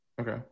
Okay